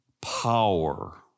power